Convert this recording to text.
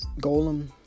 Golem